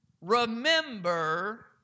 remember